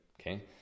okay